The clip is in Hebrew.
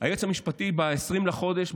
היועץ המשפטי ב-20 בחודש,